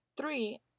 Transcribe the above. Three